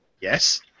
Yes